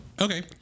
Okay